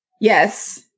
Yes